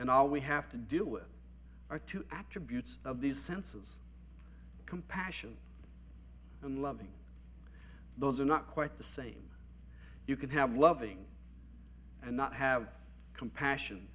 and all we have to deal with are to attribute of these senses compassion and loving those are not quite the same you can have loving and not have compassion